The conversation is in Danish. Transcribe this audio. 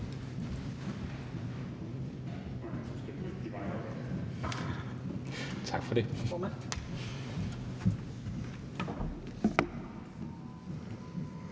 Tak for ordet.